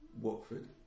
Watford